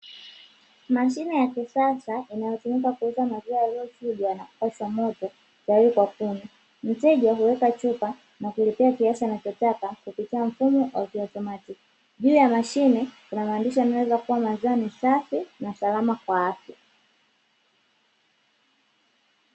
Mashine ya kisasa inayotumika kuweka maziwa yaliyochujwa na kupashwa moto tayari kwa kunwa, mteja huweka chupa na kulipia kiasi anachotaka kupitia mfumo wa kiautomatiki. Juu ya mashine kuna maandishi yanayoeleza kwamba maziwa ni safi na salama kwa afya.